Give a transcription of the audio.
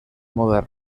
modern